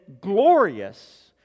glorious